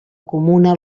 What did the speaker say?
comuna